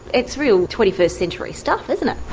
it's real twenty first century stuff, isn't it?